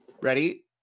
Ready